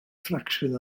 ffracsiwn